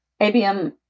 ABM